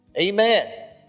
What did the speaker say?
Amen